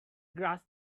grass